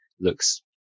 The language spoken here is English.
looks